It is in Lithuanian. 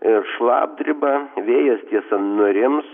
ir šlapdriba vėjas tiesa nurims